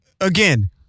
Again